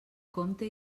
compte